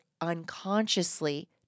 unconsciously